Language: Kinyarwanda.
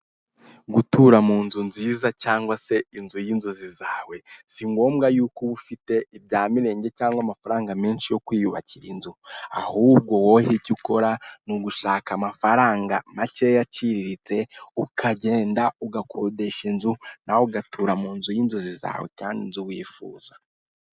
Gutura mu nzu nziza cyangwa se inzu y'inzozi zawe si ngombwa yuko uba ufite ibya mirenge cyangwa amafaranga menshi yo kwiyubakira inzu, ahubwo wowe icyo ukora ni ugushaka amafaranga makeya aciriritse, ukagenda ugakodesha inzu nawe ugatura mun nzu y'inzozi zawe kandi inzu wifuza.